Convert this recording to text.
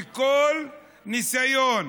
וכל ניסיון